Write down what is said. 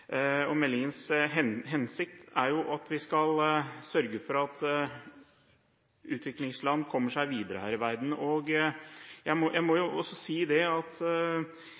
og meldingens hensikt er at vi skal sørge for at utviklingsland kommer seg videre her i verden. Jeg må også si at når vi ser at